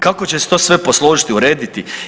Kako će se to sve posložiti, urediti?